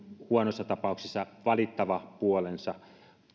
huonossa tapauksessa valittava puolensa